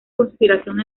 conspiración